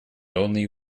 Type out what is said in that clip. only